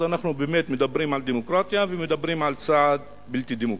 אז אנחנו באמת מדברים על דמוקרטיה ומדברים על צעד בלתי דמוקרטי.